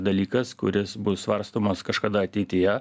dalykas kuris bus svarstomas kažkada ateityje